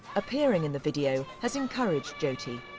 appearing in the video has encouraged jyoti.